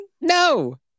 no